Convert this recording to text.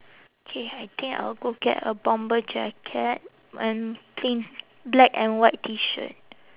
K I think I'll go get a bomber jacket and plain black and white T shirt